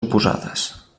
oposades